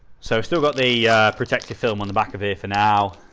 so still got the protective film on the back of it for now.